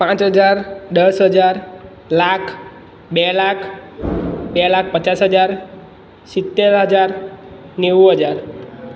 પાંચ હજાર દસ હજાર લાખ બે લાખ બે લાખ પચાસ હજાર સિત્તેર હજાર નેવું હજાર